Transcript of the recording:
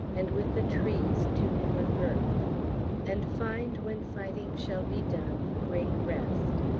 and with the trees to newer birth and find, when fighting shall be done, great rest,